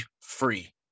free